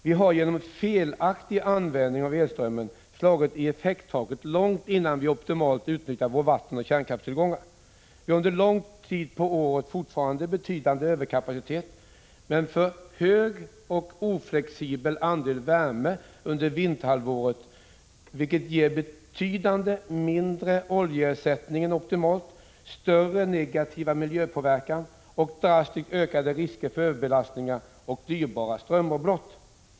Vi har genom en felaktig användning av elströmmen slagit i effekttaket långt innan vi optimalt utnyttjat våra vattenoch kärnkraftstillgångar. Vi har under långa tider på året fortfarande betydande överkapacitet, men för hög och oflexibel andel värme under vinterhalvåret, vilket ger betydligt mindre oljeersättning än optimalt, större negativ miljöpåverkan och drastiskt ökade risker för överbelastning och dyrbara strömavbrott.